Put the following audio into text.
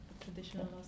traditional